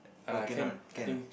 or cannot can ah